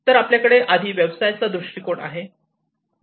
तर आपल्याकडे आधी व्यवसायाचा दृष्टीकोन आहे